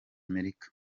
amerika